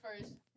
first